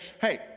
hey